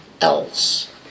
else